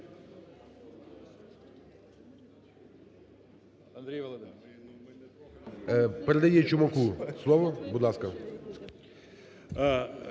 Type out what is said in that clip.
Передає Чумаку слово, будь ласка.